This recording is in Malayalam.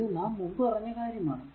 ഇത് നാം മുമ്പ് പറഞ്ഞ കാര്യം ആണ്